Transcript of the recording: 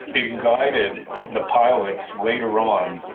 it guided the pilots later on,